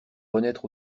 renaître